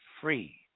free